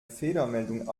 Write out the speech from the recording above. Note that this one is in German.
fehlermeldung